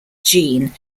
gene